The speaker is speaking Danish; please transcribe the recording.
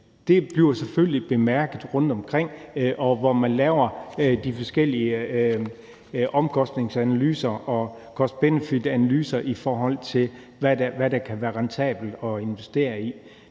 Det bliver selvfølgelig bemærket rundtomkring, hvor man laver de forskellige omkostningsanalyser og cost-benefit-analyser, i forhold til hvad der kan være rentabelt at investere i.